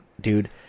dude